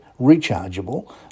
rechargeable